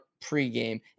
pregame